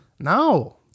No